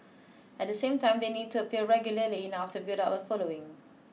at the same time they need to appear regularly enough to build up a following